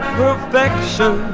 perfection